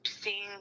seeing